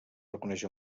reconeix